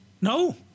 No